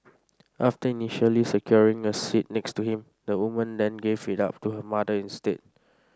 after initially securing a seat next to him the woman then gave it up to her mother instead